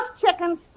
chicken